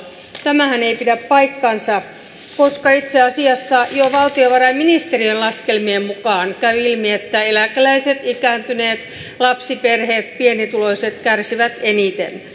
tämähän ei pidä paikkaansa koska itse asiassa jo valtiovarainministeriön laskelmien mukaan käy ilmi että eläkeläiset ikääntyneet lapsiperheet pienituloiset kärsivät eniten